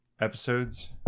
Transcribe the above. Episodes